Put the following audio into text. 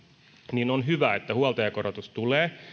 niin on hyvä että huoltajakorotus tulee